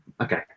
okay